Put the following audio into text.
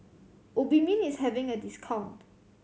Obimin is having a discount